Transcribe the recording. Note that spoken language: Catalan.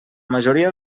majoria